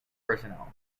personnel